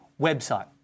website